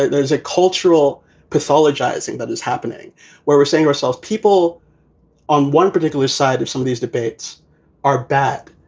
there's a cultural mythologizing that is happening where we're seeing ourselves. people on one particular side of some of these debates are bad.